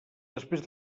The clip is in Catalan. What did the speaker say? després